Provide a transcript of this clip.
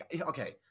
okay